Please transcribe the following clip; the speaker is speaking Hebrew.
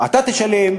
אתה תשלם,